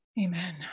Amen